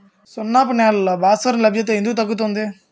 సున్నపు నేలల్లో భాస్వరం లభ్యత ఎందుకు తగ్గుతుంది?